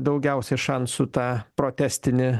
daugiausiai šansų tą protestinį